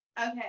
okay